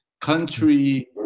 country